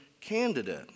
candidate